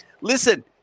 Listen